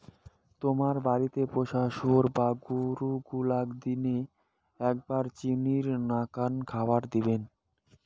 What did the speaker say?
তোমার বাড়িত পোষা শুয়োর বা গরু গুলাক দিনে এ্যাকবার চিনির নাকান খাবার দিবেন